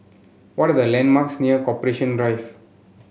what are the landmarks near Corporation Drive